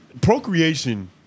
procreation